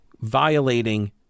Violating